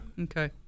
Okay